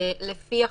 לפי החוק,